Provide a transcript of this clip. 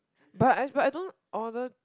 but I but I don't order